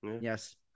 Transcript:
yes